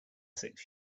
six